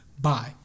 bye